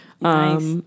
Nice